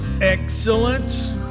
excellent